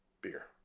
beer